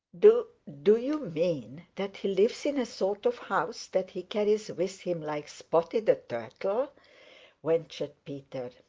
do do you mean that he lives in a sort of house that he carries with him like spotty the turtle? ventured peter.